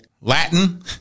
Latin